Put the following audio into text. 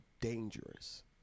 dangerous